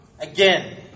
again